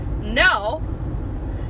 no